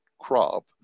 crop